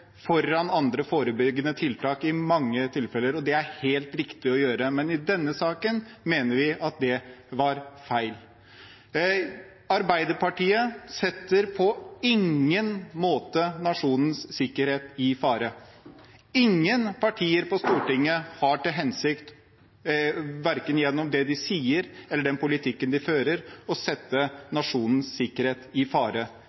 foran andre forebyggende tiltak i mange tilfeller, og det er helt riktig å gjøre, men i denne saken mener vi at det var feil. Arbeiderpartiet setter på ingen måte nasjonens sikkerhet i fare. Ingen partier på Stortinget har til hensikt verken gjennom det de sier, eller den politikken de fører, å sette nasjonens sikkerhet i fare.